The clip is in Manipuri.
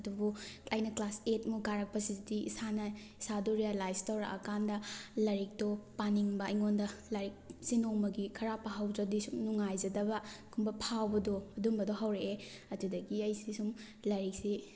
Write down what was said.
ꯑꯗꯨꯕꯨ ꯑꯩꯅ ꯀ꯭ꯂꯥꯁ ꯑꯩꯠꯃꯨꯛ ꯀꯥꯔꯛꯄꯁꯤꯗꯗꯤ ꯏꯁꯥꯅ ꯏꯁꯥꯗꯨ ꯔꯦꯑꯦꯂꯥꯏꯖ ꯇꯧꯔꯛꯑ ꯀꯥꯟꯗ ꯂꯥꯏꯔꯤꯛꯇꯣ ꯄꯥꯅꯤꯡꯕ ꯑꯩꯉꯣꯟꯗ ꯂꯥꯏꯔꯤꯛꯁꯤ ꯅꯣꯡꯃꯒꯤ ꯈꯔ ꯄꯥꯍꯧꯗ꯭ꯔꯗꯤ ꯁꯨꯝ ꯅꯨꯡꯉꯥꯏꯖꯗꯕ ꯀꯨꯝꯕ ꯐꯥꯎꯕꯗꯣ ꯑꯗꯨꯝꯕꯗꯣ ꯍꯧꯔꯛꯑꯦ ꯑꯗꯨꯗꯒꯤ ꯑꯩꯁꯤ ꯁꯨꯝ ꯂꯥꯏꯔꯤꯛꯁꯤ